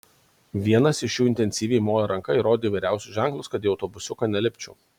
vienas iš jų intensyviai mojo ranka ir rodė įvairiausius ženklus kad į autobusiuką nelipčiau